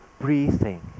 breathing